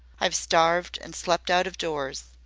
i've starved and slept out of doors.